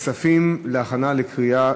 הכספים נתקבלה.